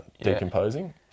decomposing